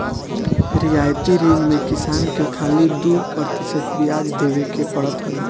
रियायती ऋण में किसान के खाली दू प्रतिशत बियाज देवे के पड़त हवे